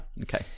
Okay